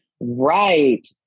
Right